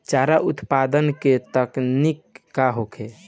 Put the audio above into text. चारा उत्पादन के तकनीक का होखे?